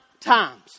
times